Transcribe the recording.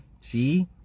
See